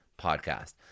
Podcast